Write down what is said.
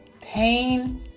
pain